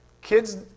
kids